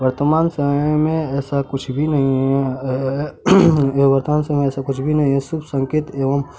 वर्तमान समय में ऐसा कुछ भी नहीं है या वर्तमान समय में ऐसा कुछ भी नहीं है सिर्फ संकेत एवं